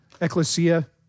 Ecclesia